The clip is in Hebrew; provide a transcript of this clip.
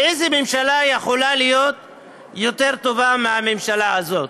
איזו ממשלה יכולה להיות טובה יותר מהממשלה הזאת?